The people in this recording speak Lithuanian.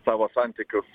savo santykius